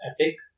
epic